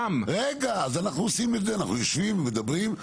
אז אנחנו עושים את זה, אנחנו יושבים ומדברים.